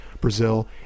Brazil